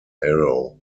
arrow